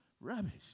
rubbish